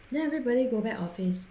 then everybody go back office